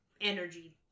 energy